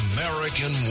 American